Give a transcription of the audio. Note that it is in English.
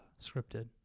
scripted